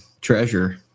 treasure